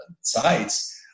sites